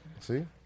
See